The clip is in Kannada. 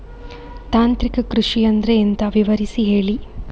ತಾಂತ್ರಿಕ ಕೃಷಿ ಅಂದ್ರೆ ಎಂತ ವಿವರಿಸಿ ಹೇಳಿ